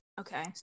Okay